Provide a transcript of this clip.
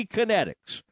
Kinetics